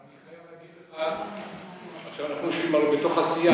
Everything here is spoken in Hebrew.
אבל אני חייב להגיד לך: עכשיו אנחנו יושבים הרי בתוך הסיעה.